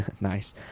Nice